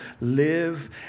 Live